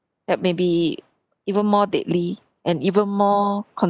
that maybe even more deadly and even more